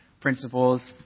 principles